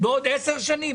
בעוד עשר שנים?